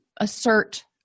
assert